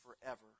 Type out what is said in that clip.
forever